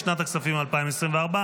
לשנת הכספים 2024,